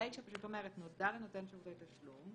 הרישה אומרת: נודע לנותן שירותי תשלום.